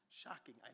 Shocking